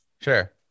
Sure